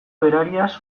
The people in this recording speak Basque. berariaz